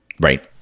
Right